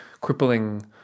crippling